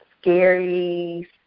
scary